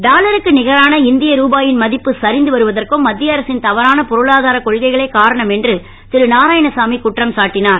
டாலருக்கு நிகரான இந்திய ரூபாயின் மதிப்பு சரிந்து வருவதற்கும் மத்திய அரசின் தவறான பொருளாதார கொள்கைகளே காரணம் என்று திரு நாராயணசாமி குற்றம் சாட்டினார்